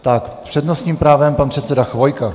S přednostním právem pan předseda Chvojka.